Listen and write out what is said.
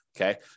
okay